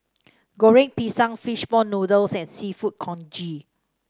Goreng Pisang fish ball noodles and seafood congee